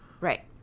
Right